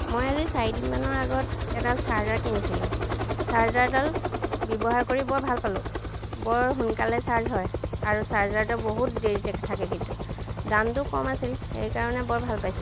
মই আজি চাৰিদিন মানৰ আগত এদাল চাৰ্জাৰ কিনিছিলোঁ চাৰ্জাৰডাল ব্যৱহাৰ কৰি বৰ ভাল পালোঁ বৰ সোনকালে চাৰ্জ হয় আৰু চাৰ্জাৰটো বহুত দেৰিলৈকে থাকে কিন্তু দামতো কম আছিল সেইকাৰণে বৰ ভাল পাইছোঁ